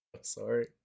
Sorry